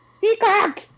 Peacock